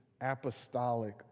apostolic